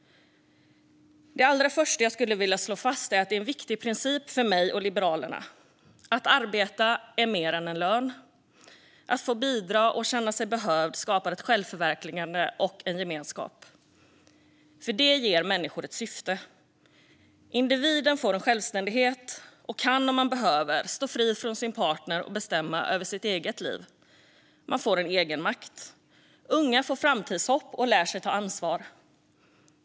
Det allra första som jag skulle vilja slå fast är en viktig princip för mig och Liberalerna, nämligen att arbete är mer än en lön. Att få bidra och känna sig behövd skapar ett självförverkligande och en gemenskap. Det ger människor ett syfte. Individen får en självständighet och kan om man behöver stå fri från sin partner och bestämma över sitt eget liv. Man får en egenmakt. Unga får framtidshopp och lär sig ta ansvar.